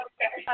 Okay